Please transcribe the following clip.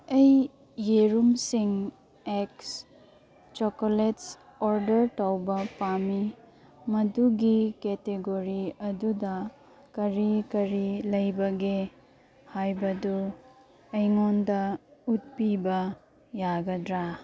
ꯑꯩ ꯌꯦꯔꯨꯝꯁꯤꯡ ꯑꯦꯛꯁ ꯆꯣꯀꯣꯂꯦꯠꯁ ꯑꯣꯔꯗꯔ ꯇꯧꯕ ꯄꯥꯝꯃꯤ ꯃꯗꯨꯒꯤ ꯀꯦꯇꯦꯒꯣꯔꯤ ꯑꯗꯨꯗ ꯀꯔꯤ ꯀꯔꯤ ꯂꯩꯕꯒꯦ ꯍꯥꯏꯕꯗꯨ ꯑꯩꯉꯣꯟꯗ ꯎꯠꯄꯤꯕ ꯌꯥꯒꯗ꯭ꯔꯥ